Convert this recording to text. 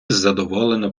задоволене